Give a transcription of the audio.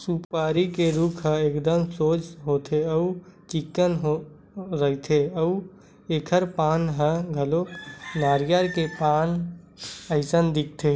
सुपारी के रूख ह एकदम सोझ होथे अउ चिक्कन रहिथे अउ एखर पाना ह घलो नरियर के पाना असन दिखथे